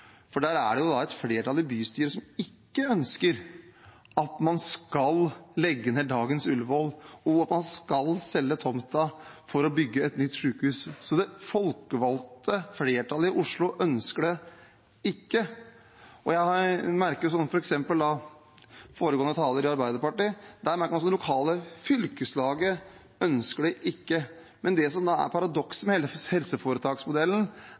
for der er det et flertall i bystyret som ikke ønsker at man skal legge ned dagens Ullevål og selge tomta for å bygge et nytt sykehus. Det folkevalgte flertallet i Oslo ønsker ikke det. Jeg merker meg også, jf. foregående taler fra Arbeiderpartiet, at det lokale fylkeslaget ikke ønsker det. Det som er paradokset med hele helseforetaksmodellen,